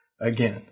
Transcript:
again